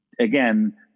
Again